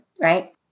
right